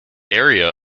area